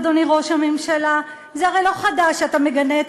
אדוני ראש הממשלה: זה הרי לא חדש שאתה מגנה את